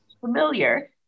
familiar